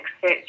search